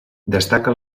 destaca